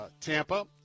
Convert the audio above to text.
Tampa